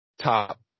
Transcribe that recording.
top